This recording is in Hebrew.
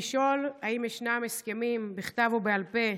האם ישנם הסכמים, בכתב או בעל פה,